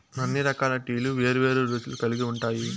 అన్ని రకాల టీలు వేరు వేరు రుచులు కల్గి ఉంటాయి